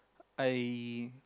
I